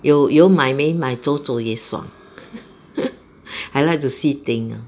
有有买没买走走也是爽 I like to see things lah